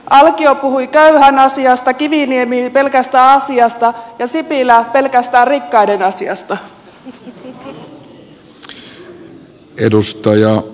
alkio puhui köyhän asiasta kiviniemi pelkästä asiasta ja sipilä pelkästään rikkaiden asiasta